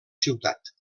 ciutat